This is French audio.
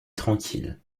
tranquille